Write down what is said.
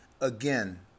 Again